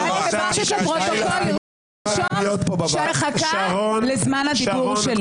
לפרוטוקול לרשום שאני מחכה לזמן הדיבור שלי.